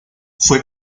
fue